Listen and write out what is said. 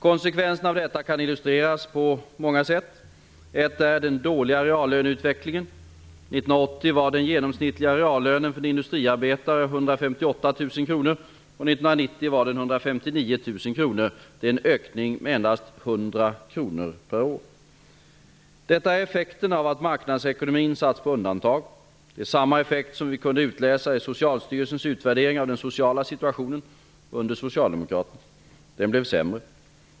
Konsekvenserna av detta kan illustreras på många sätt. Ett är att peka på den dåliga reallöneutvecklingen. 1980 var den genomsnittliga reallönen för en industriarbetare 158 000 kr och 1990 var den 159 000 kr. Det är en ökning med endast 100 kr per år. Detta är effekterna av att marknadsekonomin sätts på undantag. Det är samma effekt som vi kunde utläsa i Socialstyrelsens utvärdering av den sociala situationen under socialdemokraterna. Den blev sämre.